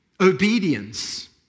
obedience